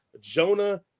Jonah